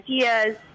ideas